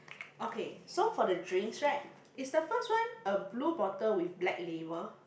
okay so for the drinks right is the first one a blue bottle with black label